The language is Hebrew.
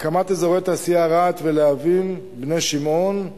הקמת אזורי תעשייה רהט, להבים, בני-שמעון,